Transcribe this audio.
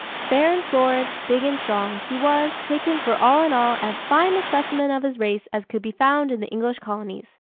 fair and florid, big and strong, he was, take him for all in all, as fine a specimen of his race as could be found in the english colonies.